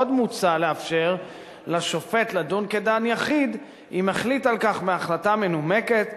עוד מוצע לאפשר לשופט לדון כדן יחיד אם החליט על כך בהחלטה מנומקת,